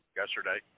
yesterday